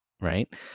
right